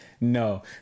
no